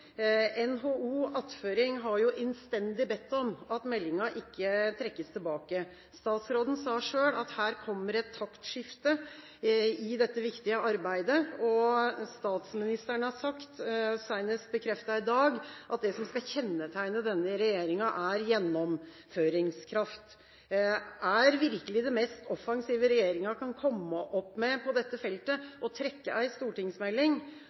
innstendig bedt om at meldinga ikke trekkes tilbake. Statsråden sa selv at det kommer et taktskifte i dette viktige arbeidet. Statsministeren har sagt – bekreftet senest i dag – at det som skal kjennetegne denne regjeringa, er gjennomføringskraft. Er virkelig det mest offensive regjeringa kan komme opp med på dette feltet, å trekke en stortingsmelding?